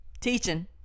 teaching